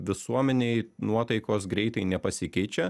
visuomenėj nuotaikos greitai nepasikeičia